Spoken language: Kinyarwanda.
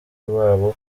babo